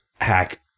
hack